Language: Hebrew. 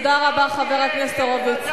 תודה רבה, חבר הכנסת הורוביץ.